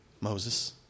Moses